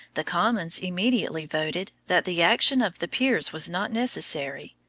the commons immediately voted that the action of the peers was not necessary,